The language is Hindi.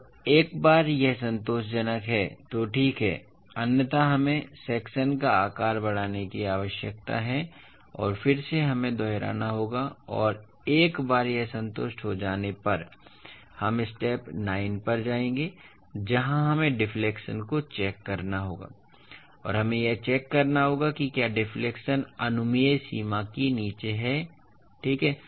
तो एक बार यह संतोषजनक है तो ठीक है अन्यथा हमें सेक्शन का आकार बढ़ाने की आवश्यकता है और फिर से हमें दोहराना होगा और एक बार यह संतुष्ट हो जाने पर हम स्टेप 9 पर जाएंगे जहां हमें डिफ्लेक्शन को चेक करना होगा और हमें यह चेक करना होगा कि क्या डिफ्लेक्शन अनुमेय सीमा की नीचे है ठीक है